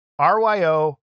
ryo